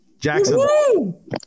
Jackson